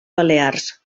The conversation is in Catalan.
balears